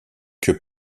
que